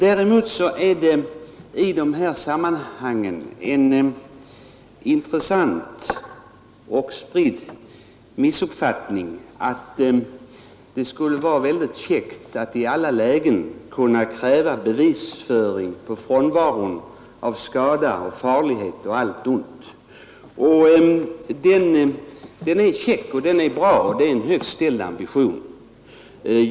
Däremot vill jag framhålla att det i dessa sammanhang är en intressant och spridd missuppfattning att det skulle vara väldigt käckt att i alla lägen kunna kräva bevis för frånvaron av skada, farlighet och allt ont. Det är en högt ställd ambition.